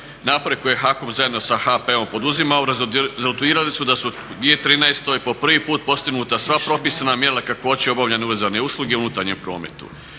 Napore koje HAKOM zajedno sa HP-om poduzima rezultirali su da su u 2013.po prvi puta postignuta sva propisana mjerila kakvoće obavljanje univerzalne usluge u unutarnjem prometu.